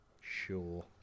Sure